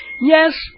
Yes